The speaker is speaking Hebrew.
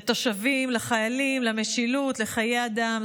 לתושבים, לחיילים, למשילות, לחיי האדם.